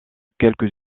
quelques